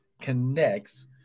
connects